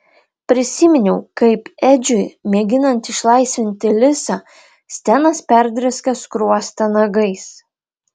prisiminiau kaip edžiui mėginant išlaisvinti lisą stenas perdrėskė skruostą nagais